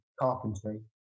carpentry